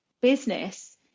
business